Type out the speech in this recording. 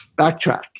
backtrack